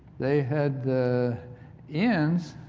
they had the ends